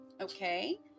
Okay